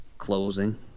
closing